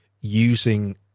using